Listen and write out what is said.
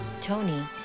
Tony